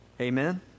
Amen